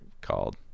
called